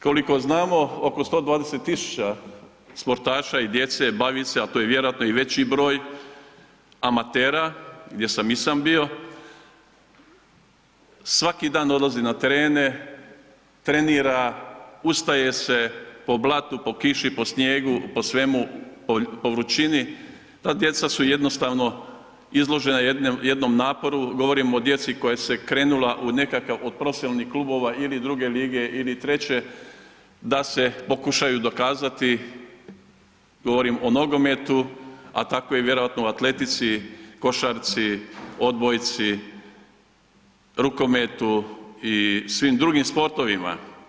Koliko znamo oko 120.000 sportaša i djece bavi se, a to je vjerojatno i veći broj amatera, gdje sam i sam bio, svaki dan odlazi na terene, trenira, ustaje se, po blatu, po kiši, po snijegu, po svemu, po vrućini, ta djeca su jednostavno izložena jednom naporu govorimo o djeci koja su krenula u nekakav od profesionalnih klubova ili druge lige ili treće da se pokušaju dokazati, govorim o nogometu, a tako je i vjerojatno u atletici, košarci, odbojci, rukometu i svim drugim sportovima.